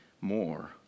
more